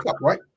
right